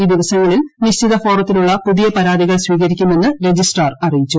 ഈ ദിവസങ്ങളിൽ നിശ്ചിത ഫാറത്തിലുള്ള പുതിയ പരാതികൾ സ്വീകരിക്കുമെന്ന് രജിസ്ട്രാർ അറിയിച്ചു